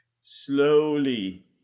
Slowly